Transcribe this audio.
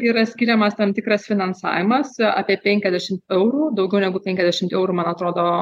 yra skiriamas tam tikras finansavimas apie penkiasdešimt eurų daugiau negu penkiasdešimt eurų man atrodo